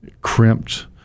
crimped